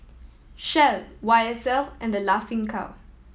Shell Y S L and The Laughing Cow